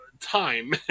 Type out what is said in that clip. time